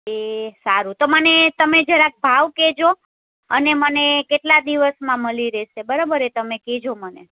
એ સારું તો મને તમે જરાક ભાવ કહેજો અને મને કેટલા દિવસમાં મળી રહેશે બરોબર એ તમે કહેજો મને